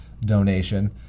donation